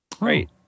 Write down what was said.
right